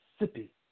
Mississippi